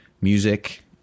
music